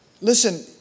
listen